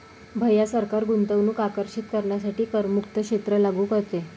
भैया सरकार गुंतवणूक आकर्षित करण्यासाठी करमुक्त क्षेत्र लागू करते